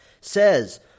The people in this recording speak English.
says